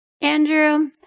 Andrew